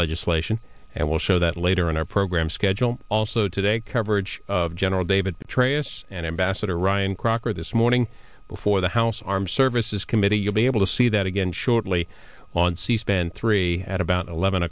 legislation and we'll show that later in our program schedule also today coverage of general david petraeus and ambassador ryan crocker this morning before the house armed services committee you'll be able to see that again shortly on c span three at about eleven